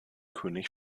könig